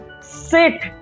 Sit